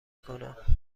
کنم